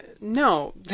no